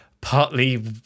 partly